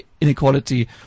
inequality